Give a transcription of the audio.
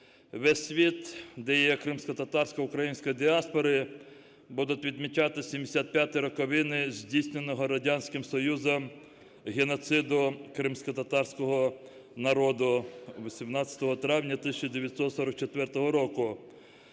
Весь світ, де є кримськотатарська і українська діаспори, будуть відмічати 75 роковини здійсненого Радянським Союзом геноциду кримськотатарського народу 18 травня 1944 року.